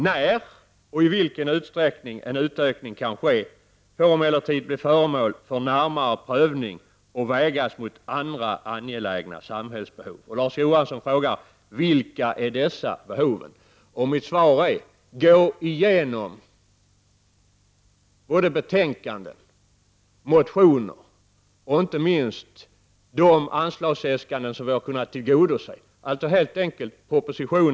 När och i vilken utsträckning en utökning kan ske får emellertid blir föremål för närmare prövning och vägas mot andra angelägna samhällsbehov. Larz Johansson frågar: Vilka är dessa behov? Mitt svar är: Gå igenom betänkandet, motionerna och inte minst de anslagsäskanden som vi kunnat tillgodose, alltså propositionens bilaga 10!